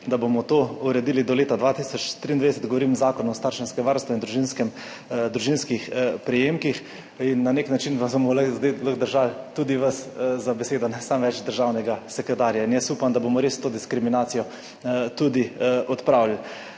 da bomo to uredili do leta 2023, govorim o Zakonu o starševskem varstvu in družinskih prejemkih. Na nek način bomo zdaj lahko tudi vas držali za besedo, ne več samo državnega sekretarja, in jaz upam, da bomo res to diskriminacijo tudi odpravili.